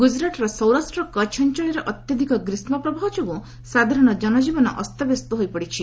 ଗୁଜରାଟର ସୌରାଷ୍ଟ୍ର କଚ୍ଚ ଅଞ୍ଚଳରେ ଅତ୍ୟଧିକ ଗ୍ରୀଷ୍ମ ପ୍ରବାହ ଯୋଗୁଁ ସାଧାରଣ ଜନଜୀବନ ଅସ୍ତବ୍ୟସ୍ତ ହୋଇପଡ଼ିଛି